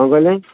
କ'ଣ କହିଲେ